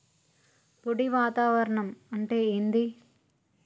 పొడి వాతావరణం అంటే ఏంది?